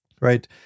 right